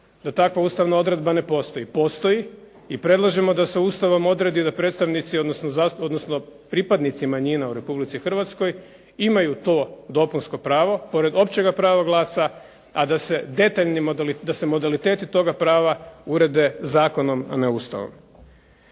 da takva Ustavna odredba ne postoji. Postoji i predlažemo da se ustavom odredi da predstavnici odnosno da pripadnici manjina u Republici Hrvatskoj imaju to dopunsko pravo pred općega prava glasa, a da se detaljnim, da se modaliteti toga prava urede zakonom a ne Ustavom.